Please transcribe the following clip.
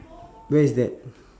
where is that